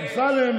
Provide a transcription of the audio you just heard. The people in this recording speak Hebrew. אמסלם.